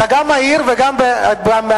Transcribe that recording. אתה גם מעיר וגם בעמידה.